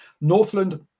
Northland